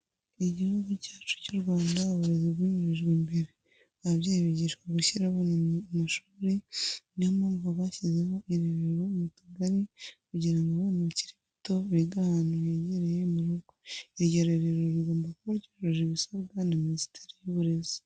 Igihugu cyacu cy'u Rwanda uburezi bwimirijwe imbere, ababyeyi bigishwa gushyira abana mu mashuri, niyo mpamvu bashyizeho irerero mu tugari kugira ngo abana bakiri bato bige ahantu hegereye mu rugo. Iryo rerero rigomba kuba ryujuje ibisabwa na minisiteri y'uburezi.